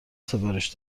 سفارش